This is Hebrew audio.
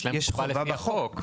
יש להם חובה בחוק.